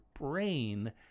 brain